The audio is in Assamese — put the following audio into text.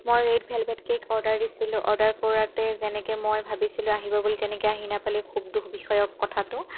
মই ৰেড ভেলভেট কেক অৰ্ডাৰ দিছিলোঁ অৰ্ডাৰ কৰোঁতে যেনেকৈ মই ভাবিছিলোঁ আহিব বুলি তেনেকৈ আহি নাপালে খুব দুখ বিষয়ক কথাটো